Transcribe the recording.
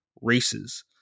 races